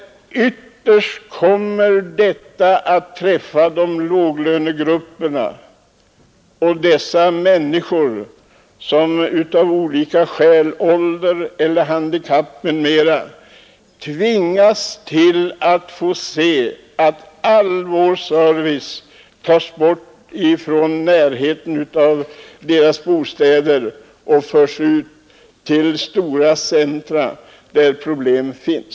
Ytterst kommer detta att träffa låglönegrupperna och de människor som av olika skäl — ålder, handikapp etc. — tvingas att få se att all service tas bort från närheten till deras bostäder och förs ut till stora centra.